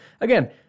again